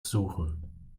suchen